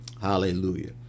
Hallelujah